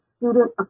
Student